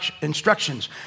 instructions